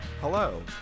hello